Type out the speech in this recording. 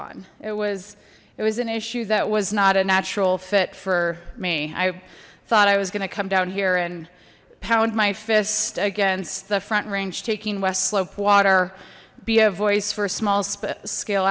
on it was it was an issue that was not a natural fit for me i thought i was going to come down here and pound my fist against the front range taking westslope water be a voice for small scale